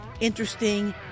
interesting